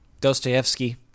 Dostoevsky